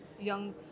young